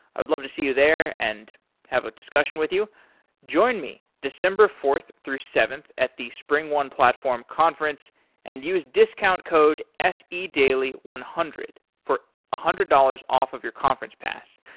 i would love to see you there and have a discussion with you join me december fourth through seventh at the springone platform conference and use discount code se daily one hundred for a one hundred dollars off of your conference pass.